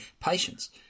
patience